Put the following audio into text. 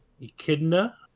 Echidna